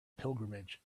pilgrimage